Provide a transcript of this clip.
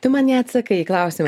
tu man neatsakai į klausimą